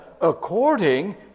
according